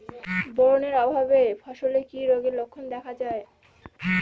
Boron এর অভাবে ফসলে কি রোগের লক্ষণ দেখা যায়?